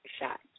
shot